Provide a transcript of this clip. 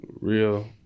real